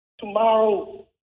tomorrow